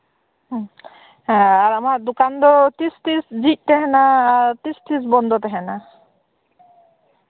ᱟᱢᱟᱜ ᱫᱳᱠᱟᱱ ᱫᱚ ᱛᱤᱥ ᱛᱤᱥ ᱡᱷᱤᱡ ᱛᱟᱸᱦᱮᱱᱟ ᱟᱨ ᱛᱤᱥ ᱛᱤᱥ ᱵᱚᱱᱫᱚ ᱛᱟᱸᱦᱮᱱᱟ